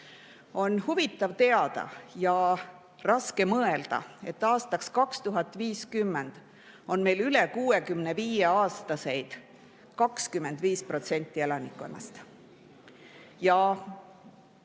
On huvitav teada ja raske mõelda, et aastaks 2050 on meil üle 65‑aastaseid 25% elanikkonnast. Kas